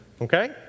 okay